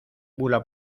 bula